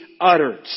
uttered